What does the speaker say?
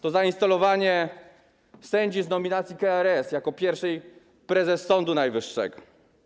To zainstalowanie sędzi z nominacji KRS jako pierwszej prezes Sądu Najwyższego.